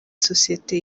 sosiyete